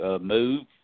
move